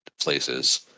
places